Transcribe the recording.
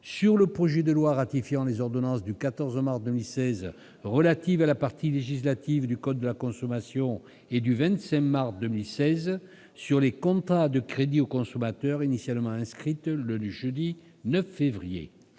sur le projet de loi ratifiant les ordonnances du 14 mars 2016, relative à la partie législative du code de la consommation, et du 25 mars 2016, sur les contrats de crédit aux consommateurs, initialement inscrites le jeudi 9 février.